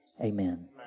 Amen